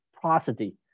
prosody